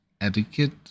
etiquette